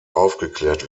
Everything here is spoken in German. aufgeklärt